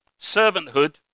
servanthood